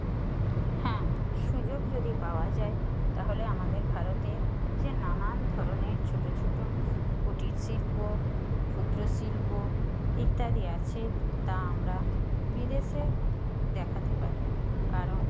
হ্যাঁ সুযোগ যদি পাওয়া যায় তাহলে আমাদের ভারতের যে নানান ধরনের ছোটো ছোটো কুটির শিল্প ক্ষুদ্র শিল্প ইত্যাদি আছে তা আমরা বিদেশে দেখাতে পারি কারণ